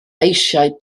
eisiau